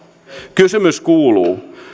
kysymys kuuluu